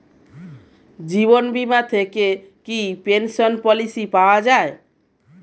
জীবন বীমা থেকে কি পেনশন পলিসি পাওয়া যায়?